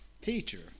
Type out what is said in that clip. Teacher